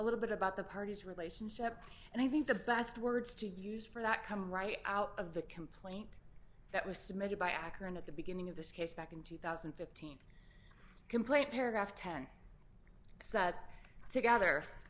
little bit about the parties relationship and i think the best words to use for that come right out of the complaint that was submitted by ackerman at the beginning of this case back in two thousand and fifteen complaint paragraph ten says together